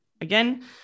again